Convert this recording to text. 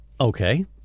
okay